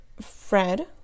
fred